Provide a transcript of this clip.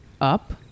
up